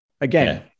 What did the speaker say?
again